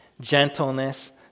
gentleness